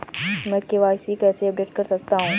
मैं के.वाई.सी कैसे अपडेट कर सकता हूं?